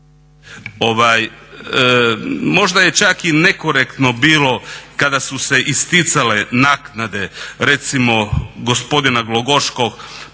Možda je čak i nekorektno bilo kada su se isticale naknade recimo gospodina Glogoškog